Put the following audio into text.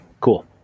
cool